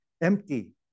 empty